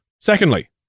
Secondly